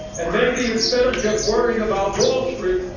and maybe instead of just worrying about wall street,